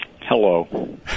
Hello